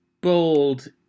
bold